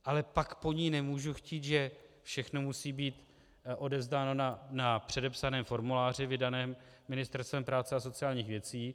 Ale pak po ní nemůžu chtít, že všechno musí být odevzdáno na předepsaném formuláři vydaném Ministerstvem práce a sociálních věcí.